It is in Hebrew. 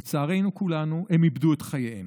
לצערנו כולנו, הם איבדו את חייהם,